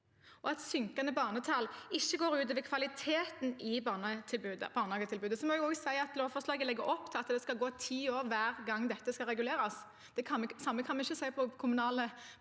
og at synkende barnetall ikke går ut over kvaliteten i barnehagetilbudet. Jeg må også si at lovforslaget legger opp til at det skal gå ti år mellom hver gang dette skal reguleres. Det samme kan vi ikke si for kommunale